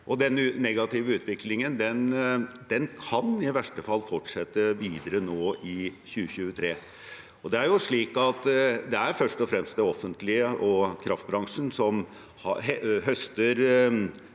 Den negative utviklingen kan i verste fall fortsette videre nå i 2023. Det er først og fremst det offentlige og kraftbransjen som høster